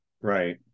Right